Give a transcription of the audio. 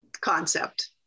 concept